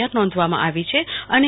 R નોંધવામાં આવી છે અને રૂ